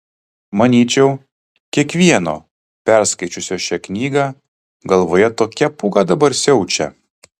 manyčiau kiekvieno perskaičiusio šią knygą galvoje tokia pūga dabar siaučia